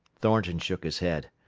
thornton shook his head.